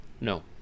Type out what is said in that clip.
No